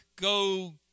go